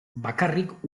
bakarrik